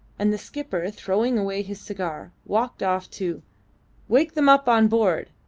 and the skipper, throwing away his cigar, walked off to wake them up on board,